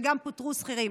וגם פוטרו שכירים.